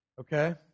okay